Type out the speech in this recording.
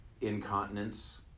Incontinence